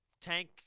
Tank